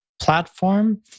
platform